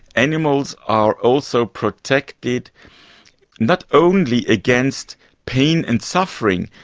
animals are also protected not only against pain and suffering,